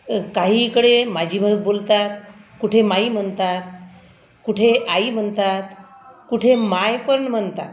काही इकडे माझी बोलतात कुठे माई म्हणतात कुठे आई म्हणतात कुठे माय पण म्हणतात